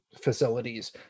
facilities